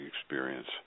experience